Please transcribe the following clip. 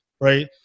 Right